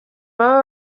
baba